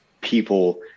people